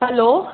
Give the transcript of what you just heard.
hello